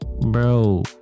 bro